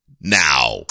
now